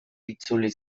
itzuli